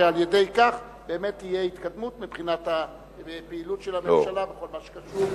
שעל-ידי כך באמת תהיה התקדמות מבחינת הפעילות של הממשלה בכל מה שקשור.